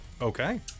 Okay